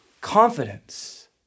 confidence